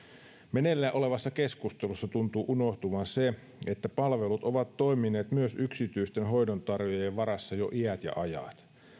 meneillään olevassa keskustelussa tuntuu unohtuvan se että palvelut ovat toimineet myös yksityisten hoidontarjoajien varassa jo iät ja ajat